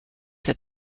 that